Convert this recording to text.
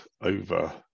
over